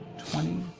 twenty,